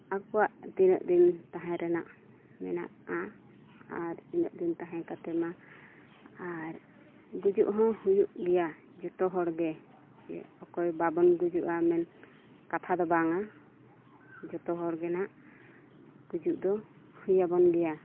ᱟᱠᱚᱣᱟᱜ ᱛᱤᱱᱟᱹᱜ ᱫᱤᱱ ᱛᱟᱦᱮᱱ ᱨᱮᱱᱟᱜ ᱢᱮᱱᱟᱜᱼᱟ ᱟᱨ ᱤᱱᱟᱹᱜ ᱫᱤᱱ ᱛᱟᱦᱮᱸ ᱠᱟᱛᱮ ᱢᱟ ᱟᱨ ᱜᱩᱡᱩᱜ ᱦᱚᱸ ᱦᱩᱭᱩᱜ ᱜᱮᱭᱟ ᱡᱚᱛᱚ ᱦᱚᱲ ᱜᱮ ᱪᱮ ᱚᱠᱚᱭ ᱵᱟᱵᱚᱱ ᱜᱩᱡᱩᱜᱼᱟ ᱢᱮᱱᱛᱮ ᱠᱟᱛᱷᱟ ᱫᱚ ᱵᱟᱝᱼᱟ ᱡᱚᱛᱚ ᱦᱚᱲ ᱜᱮ ᱱᱟᱦᱟᱜ ᱜᱩᱡᱩᱜ ᱫᱚ ᱦᱩᱭ ᱟᱵᱚᱱ ᱜᱮᱭᱟ